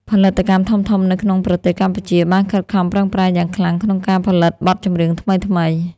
ផលិតកម្មធំៗនៅក្នុងប្រទេសកម្ពុជាបានខិតខំប្រឹងប្រែងយ៉ាងខ្លាំងក្នុងការផលិតបទចម្រៀងថ្មីៗ។